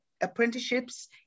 apprenticeships